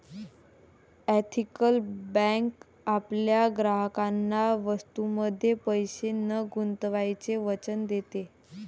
ethical bank आपल्या ग्राहकांना वस्तूंमध्ये पैसे न गुंतवण्याचे वचन देते